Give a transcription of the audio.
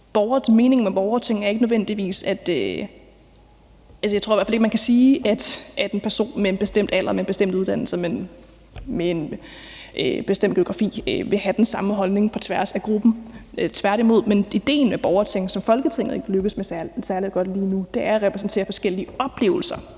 holdninger. Jeg tror ikke, at man kan sige, at en person med en bestemt alder og en bestemt uddannelse og med en bestemt geografi vil have den samme holdning på tværs af gruppen – tværtimod. Men idéen med borgertinget – hvilket Folketinget ikke lykkes med særlig godt lige nu – er at repræsentere forskellige oplevelser.